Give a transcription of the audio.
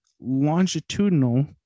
longitudinal